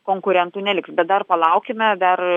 konkurentų neliks bet dar palaukime dar